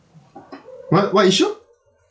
what what issue